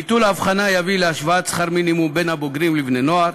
ביטול ההבחנה יביא להשוואת שכר מינימום בין הבוגרים לבני-נוער.